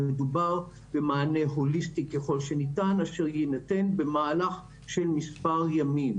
מדובר במענה הוליסטית ככל שניתן אשר יינתן במהלך של מספר ימים.